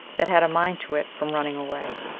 that had a mind to it, from running away.